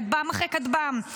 כטב"ם אחרי כטב"ם,